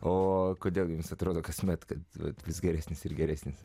o kodėl vis atrodo kasmet vis geresnis ir geresnis